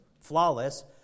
flawless